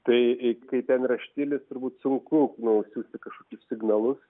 tai kai ten yra štilis turbūt sunku nu siųsti kažkokius signalus